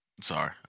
sorry